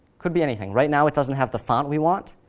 could be anything. right now it doesn't have the font we want,